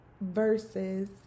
verses